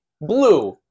Blue